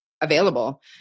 available